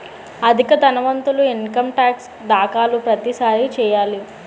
అధిక ధనవంతులు income tax దాఖలు ప్రతిసారి చేయాలి